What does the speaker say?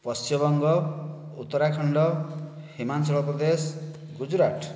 Paschimbanga Uttarakhand Himachal Pradesh Gujarat